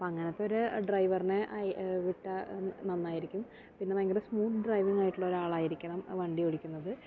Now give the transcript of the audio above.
അപ്പം അങ്ങനത്തെ ഒരു ഡ്രൈവറിനെ വിട്ടാൽ നന്നായിരിക്കും പിന്നെ ഭയങ്കര സ്മൂത്ത് ഡ്രൈവിങ്ങ് ആയിട്ടുള്ള ഒരാളായിരിക്കണം വണ്ടി ഓടിക്കുന്നത്